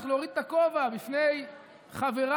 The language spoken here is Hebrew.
צריך להוריד את הכובע בפני חבריי,